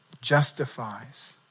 Justifies